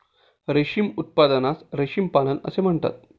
रेशीम उत्पादनास रेशीम पालन असे म्हणतात